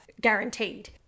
guaranteed